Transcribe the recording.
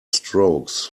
strokes